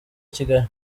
kigali